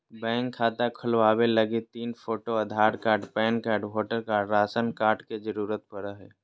bank खाता खोलबावे लगी तीन photo, Aadhaar card, PAN card, voter card, ration card के जरूरत पड़ो हय